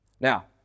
Now